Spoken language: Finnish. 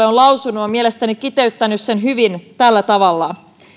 on perustuslakivaliokunnalle lausunut on mielestäni kiteyttänyt sen hyvin tällä tavalla